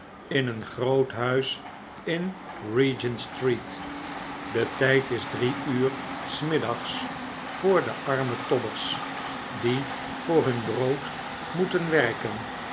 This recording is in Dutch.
in een groot huis in regent-street de tijd is drie uur s middags voor de arme tobbers die voor hun brood moeten werken